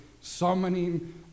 summoning